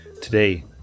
Today